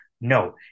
No